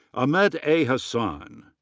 ahmed a. hassan.